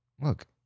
look